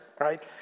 right